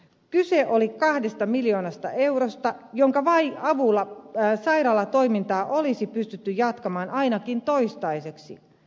kyse oli kahdesta miljoonasta eurosta jonka avulla sairaalan toimintaa olisi pystytty jatkamaan ainakin toistaiseksi